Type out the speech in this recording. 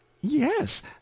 Yes